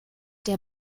der